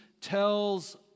tells